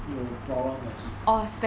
有 problem 的 kids